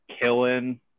killing